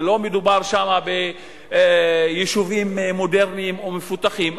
לא מדובר שם ביישובים מודרניים או מפותחים,